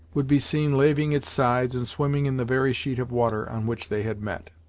would be seen laving its sides and swimming in the very sheet of water, on which they had met.